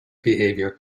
behavior